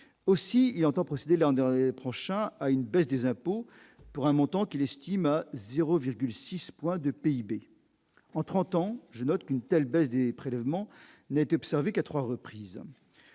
aussi il entend procéder an à à une baisse des impôts pour un montant qu'il estime à 0,6 point de PIB en 30 ans, je note qu'une telle baisse des prélèvements n'est observée qu'à 3 reprises,